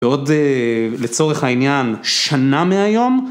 ועוד לצורך העניין שנה מהיום